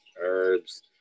herbs